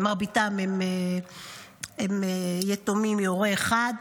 חמניות זה מועדון שבעצם נותן מענה ליתומים ויתומות.